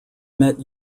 met